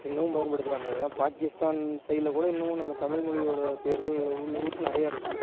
இன்னமும் பயன்படுத்துகிறாங்க ஏன் பாகிஸ்தான் சைடில் கூட இன்னமும் நம்ம தமிழ்மொழியோடய பெயர்களில் உள்ள ஊர் நிறையா இருக்குது